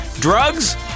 drugs